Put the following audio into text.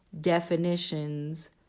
definitions